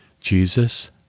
Jesus